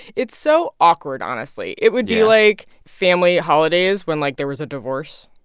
it's so awkward honestly, it would be like family holidays when, like, there was a divorce.